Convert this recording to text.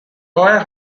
choir